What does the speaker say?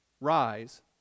Rise